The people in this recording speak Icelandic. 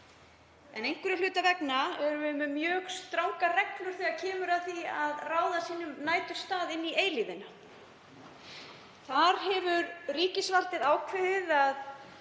En einhverra hluta vegna erum við með mjög strangar reglur þegar kemur að því að ráða sínum næturstað inn í eilífðina. Þar hefur ríkisvaldið ákveðið að